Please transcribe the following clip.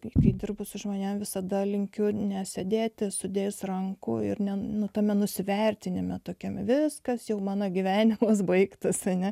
taip įdirbus žmonėms visada linkiu nesėdėti sudėjus rankų ir ne nu tame nusivertinime tokiam viskas jau mano gyvenimas baigti seni